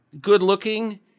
good-looking